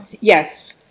yes